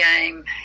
game